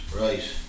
Right